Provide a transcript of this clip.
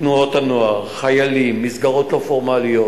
תנועות הנוער, חיילים, מסגרות לא פורמליות.